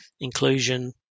inclusion